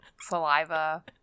saliva